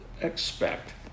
expect